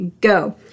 go